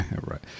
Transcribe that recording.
Right